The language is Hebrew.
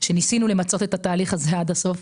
ניסינו למצות את התהליך הזה עד הסוף,